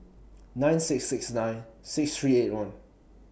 nine six six nine six three eight one